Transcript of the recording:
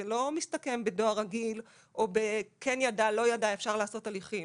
זה לא מסתכם בדואר רגיל או בכן ידע לא ידע אפשר לעשות הליכים.